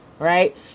right